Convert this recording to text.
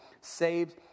saved